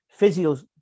physios